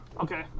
Okay